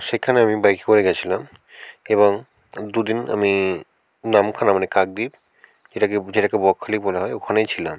সেখানে আমি বাইকে করে গেছিলাম এবং দুদিন আমি নামখানা মানে কাকদ্বীপ যেটাকে যেটাকে বকখালি বলা হয় ওখানেই ছিলাম